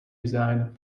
resigned